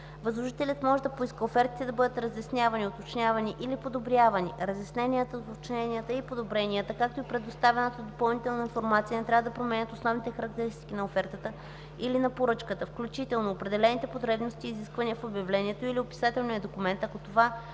Възложителят може да поиска офертите да бъдат разяснявани, уточнявани или подобрявани. Разясненията, уточненията и подобренията, както и предоставена допълнителна информация не трябва да променят основните характеристики на офертата или на поръчката, включително определените потребности и изисквания в обявлението или описателния документ, ако това